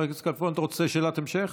חבר הכנסת כלפון, אתה רוצה שאלת המשך?